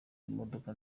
imodoka